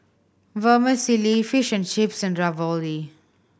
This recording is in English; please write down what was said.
Vermicelli Fish and Chips and Ravioli